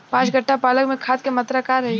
पाँच कट्ठा पालक में खाद के मात्रा का रही?